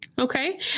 Okay